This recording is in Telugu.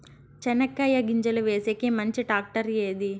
చెనక్కాయ గింజలు వేసేకి మంచి టాక్టర్ ఏది?